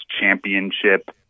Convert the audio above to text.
championship